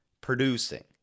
producing